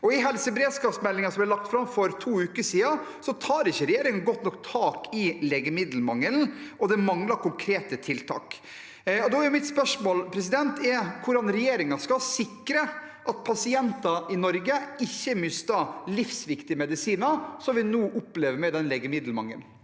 I helseberedskapsmeldingen som ble lagt fram for to uker siden, tar ikke regjeringen godt nok tak i legemiddelmangelen, og det mangler konkrete tiltak. Da er mitt spørsmål: Hvordan skal regjeringen sikre at pasienter i Norge ikke mister livsviktig medisin, slik vi nå opplever med den legemiddelmangelen.